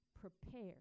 prepared